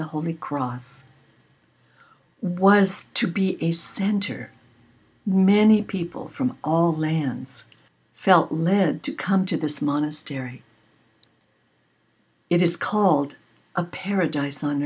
the holy cross was to be a center many people from all lands felt led to come to this monastery it is called a paradise on